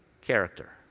character